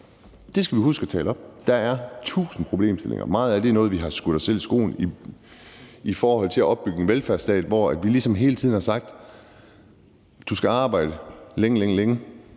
Det skal vi huske at tale op. Der er tusind problemstillinger. Meget af det er noget, hvor vi har skudt os selv i foden i forhold til at opbygge en velfærdsstat, hvor vi ligesom hele tiden har sagt: Du skal arbejde længe, længe, og